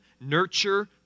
nurture